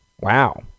Wow